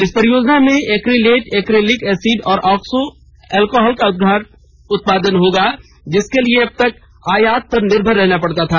इस परिसर में एक्रीलेट एक्रिलिक एसिड और ऑक्सो एल्कोहल का उत्पादन होगा जिसके लिए अबतक आयात पर निर्भर रहना पड़ता था